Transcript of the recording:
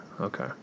okay